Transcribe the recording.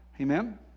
Amen